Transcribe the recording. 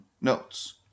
notes